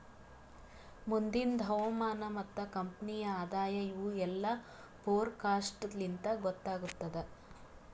ಮುಂದಿಂದ್ ಹವಾಮಾನ ಮತ್ತ ಕಂಪನಿಯ ಆದಾಯ ಇವು ಎಲ್ಲಾ ಫೋರಕಾಸ್ಟ್ ಲಿಂತ್ ಗೊತ್ತಾಗತ್ತುದ್